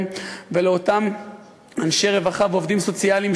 ולאותם אנשי רווחה והעובדים הסוציאליים,